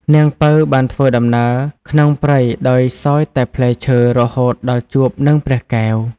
នាងពៅបានធ្វើដំណើរក្នុងព្រៃដោយសោយតែផ្លែឈើរហូតដល់ជួបនឹងព្រះកែវ ។